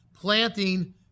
planting